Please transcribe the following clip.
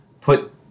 Put